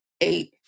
eight